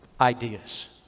ideas